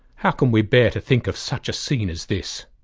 how can we bear to think of such a scene as this?